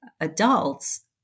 adults